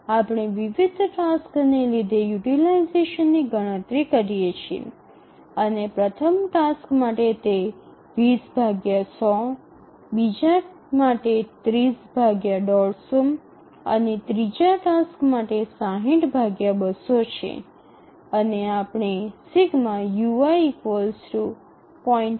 આપણે વિવિધ ટાસ્કને લીધે યુટીલાઈઝેશનની ગણતરી કરીએ છીએ અને પ્રથમ ટાસ્ક માટે તે બીજા માટે અને ત્રીજા ટાસ્ક માટે છે અને આપણને ∑ui 0